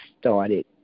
started